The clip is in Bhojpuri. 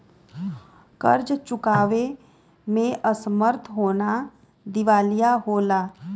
कर्ज़ चुकावे में असमर्थ होना दिवालिया होला